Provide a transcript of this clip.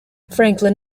franklin